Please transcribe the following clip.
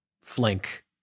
flank